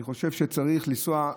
אני חושב שצריך לנסוע.